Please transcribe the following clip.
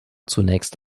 zunächst